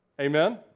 Amen